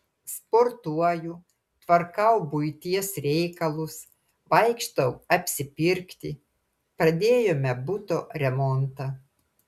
sportuoju tvarkau buities reikalus vaikštau apsipirkti pradėjome buto remontą